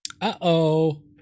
Uh-oh